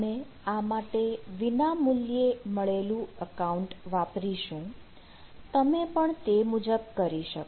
અમે આ માટે વિનામૂલ્યે મળેલું એકાઉન્ટ વાપરીશું તમે પણ તે મુજબ કરી શકો